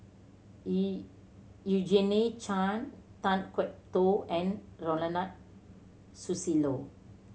E Eugene Chen Kan Kwok Toh and Ronald Susilo